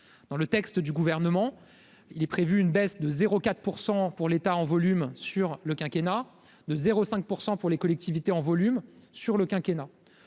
dans le texte du gouvernement, il est prévu une baisse de 0 4 % pour l'État en volume sur le quinquennat de 0 5 % pour les collectivités en volume sur le quinquennat